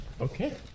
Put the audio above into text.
Okay